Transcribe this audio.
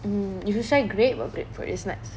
mm you should try grape or grapefruit it's nice